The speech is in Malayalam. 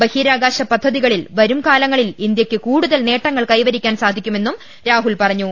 ബഹിരാകാശ പദ്ധതികളിൽ വരും കാലങ്ങളിൽ ഇന്ത്യക്ക് കൂടുതൽ നേട്ടങ്ങൾ കൈവരിക്കാൻ സാധിക്കുമെന്നും രാഹുൽ പറഞ്ഞു